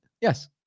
Yes